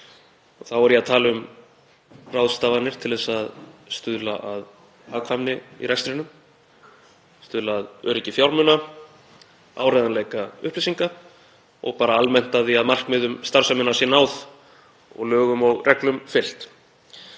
Þá er ég að tala um ráðstafanir til að stuðla að hagkvæmni í rekstrinum, stuðla að öryggi fjármuna, áreiðanleika upplýsinga og bara almennt að því að markmiðum starfseminnar sé náð og lögum og reglum fylgt.